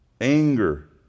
Anger